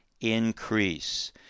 increase